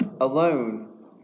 alone